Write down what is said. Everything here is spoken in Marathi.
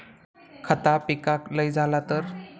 खता पिकाक लय झाला तर?